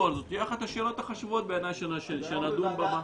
תהיה אחת השאלות החשובות שנדון בה.